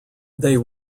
they